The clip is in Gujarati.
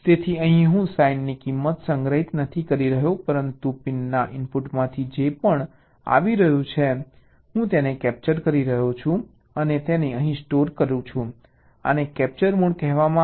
તેથી અહીં હું સાઈનની કિંમત સંગ્રહિત નથી કરી રહ્યો પરંતુ પિનના ઇનપુટમાંથી જે પણ આવી રહ્યું છે હું તેને કેપ્ચર કરી રહ્યો છું અને તેને અહીં સ્ટોર કરું છું આને કેપ્ચર મોડ કહેવામાં આવે છે